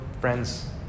friends